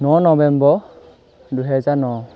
ন November দুহেজাৰ ন